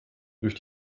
durch